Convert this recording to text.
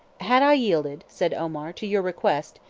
had i yielded, said omar, to your request,